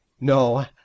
No